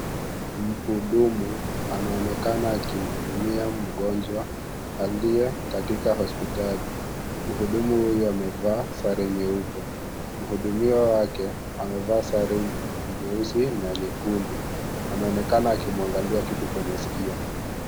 Mhudumu anaonekana akimhudumia mgonjwa aliye katika hospitali. Mhudumu huyu amevaa sare nyeupe. Mhudumiwa wake amevaa sare nyeusi na nyekundu. anaonekana akimwangalia kitu kwenye sikio.